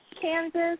Kansas